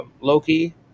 Loki